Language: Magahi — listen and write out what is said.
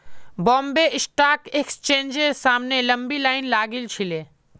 बॉम्बे स्टॉक एक्सचेंजेर सामने लंबी लाइन लागिल छिले